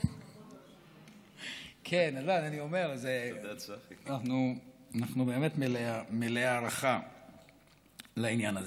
כן, אני אומר, אנחנו באמת מלאי הערכה לעניין הזה.